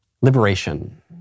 liberation